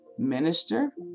minister